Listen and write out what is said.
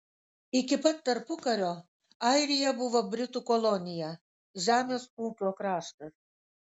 iki pat tarpukario airija buvo britų kolonija žemės ūkio kraštas